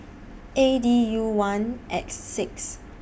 A D U one X six